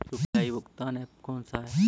UPI भुगतान app कौन सा है?